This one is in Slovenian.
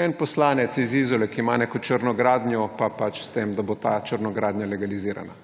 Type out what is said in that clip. en poslanec iz Izole, ki ima neko črno gradnjo, pa pač s tem, da bo ta črna gradnja legalizirana.